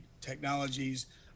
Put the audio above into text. technologies